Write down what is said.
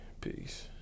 Peace